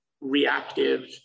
reactive